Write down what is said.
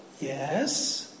Yes